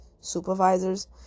supervisors